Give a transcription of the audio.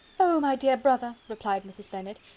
oh! my dear brother, replied mrs. bennet,